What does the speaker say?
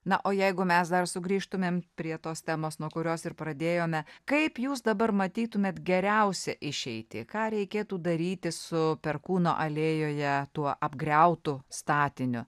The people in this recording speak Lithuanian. na o jeigu mes dar sugrįžtumėm prie tos temos nuo kurios ir pradėjome kaip jūs dabar matytumėt geriausią išeitį ką reikėtų daryti su perkūno alėjoje tuo apgriautu statiniu